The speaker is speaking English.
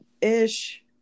ish